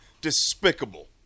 despicable